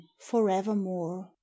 forevermore